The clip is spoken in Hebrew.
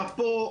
שאפו,